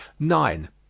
nine.